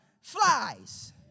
flies